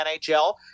NHL